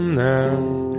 now